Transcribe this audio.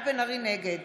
נגד